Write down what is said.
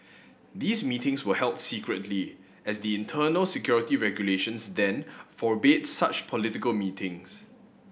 these meetings were held secretly as the internal security regulations then forbade such political meetings